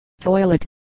toilet